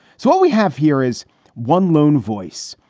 so what we have here is one lone voice,